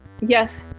yes